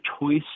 choice